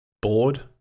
bored